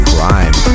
Crime